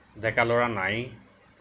ডেকা ল'ৰা নায়েই